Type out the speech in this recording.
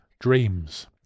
dreams